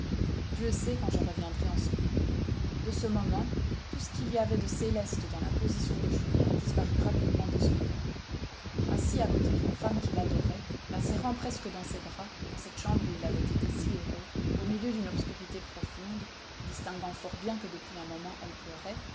dieu sait quand je reviendrai en ce pays de ce moment tout ce qu'il y avait de céleste dans la position de julien disparut rapidement de son coeur assis à côté d'une femme qu'il adorait la serrant presque dans ses bras dans cette chambre où il avait été si heureux au milieu d'une obscurité profonde distinguant fort bien que depuis un moment elle pleurait